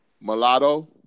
Mulatto